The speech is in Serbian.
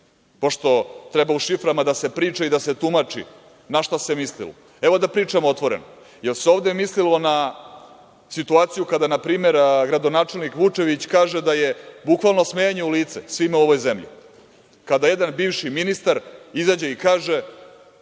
pošto treba u šiframa da se priča i da se tumači na šta se mislilo. Da pričamo otvoreno, da li se ovde mislilo na situaciju kada, na primer, gradonačelnik Vučević kaže da je bukvalno smejanje u lice svima u ovoj zemlji kada jedan bivši ministar izađe i kaže